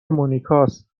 مونیکاست